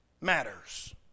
matters